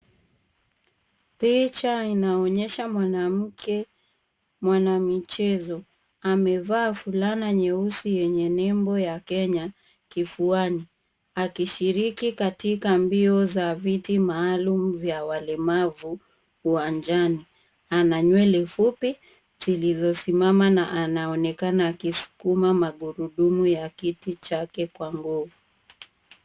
Picha inaonyesha mwanamke mwanamichezo amevaa fulani nyeusi yenye nimbo ya Kenya kifuani akishiriki katika mbili za viti maalum za walemavu uwanjani. Ana nywele fupi zilizosimama na anaonekana akisukuma magurudumu ya kiti chake kwa nguvu.